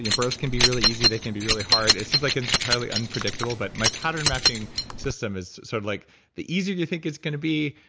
you know births can be really easy. they can be really hard. it seems like it's entirely unpredictable but my pattern-matching system is sort of like the easier you think it's going to be,